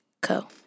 Co